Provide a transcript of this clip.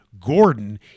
Gordon